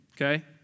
Okay